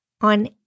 on